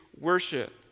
worship